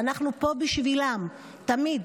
ואנחנו פה בשבילם תמיד.